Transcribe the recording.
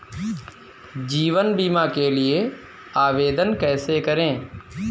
जीवन बीमा के लिए आवेदन कैसे करें?